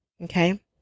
Okay